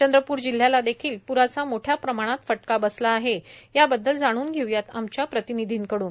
चंद्रपूर जिल्ह्याला देखील प्राचा मोठ्या प्रमाणात फटका बसला याबद्दल जाणून घेऊयात आमच्या प्रतिनिधींकडून